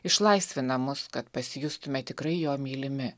išlaisvina mus kad pasijustume tikrai jo mylimi